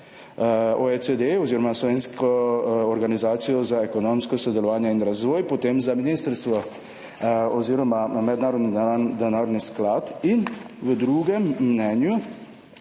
OECD oziroma slovensko organizacijo za ekonomsko sodelovanje in razvoj, potem za Mednarodni denarni sklad in v drugem mnenju,